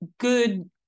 good